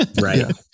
Right